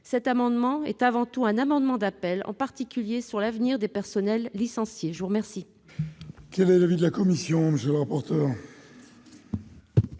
Cet amendement est avant tout un amendement d'appel, en particulier sur l'avenir des personnels licenciés. Quel